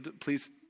please